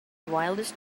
wildest